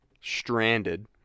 Stranded